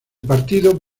partido